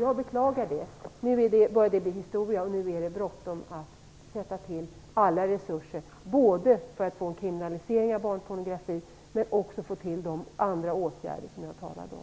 Jag beklagar det. Nu börjar detta bli historia. Nu är det bråttom att sätta till alla resurser, både för att få en kriminalisering av barnpornografin och för att få till stånd de andra åtgärder som jag talade om.